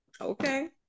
Okay